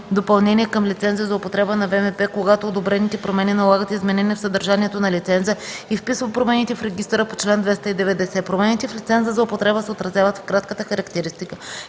допълнение към лиценза за употреба на ВМП, когато одобрените промени налагат изменение в съдържанието на лиценза, и вписва промените в регистъра по чл. 290. Промените в лиценза за употреба се отразяват в кратката характеристика,